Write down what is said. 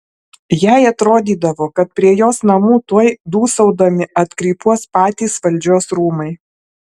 jai atrodydavo kad prie jos namų tuoj dūsaudami atkrypuos patys valdžios rūmai